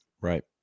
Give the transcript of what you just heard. right